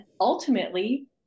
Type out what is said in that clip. ultimately